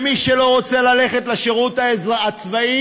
מי שלא רוצה ללכת לשירות הצבאי,